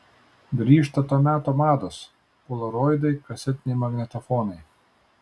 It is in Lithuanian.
grįžta to meto mados polaroidai kasetiniai magnetofonai